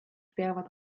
peavad